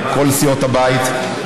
מכל סיעות הבית,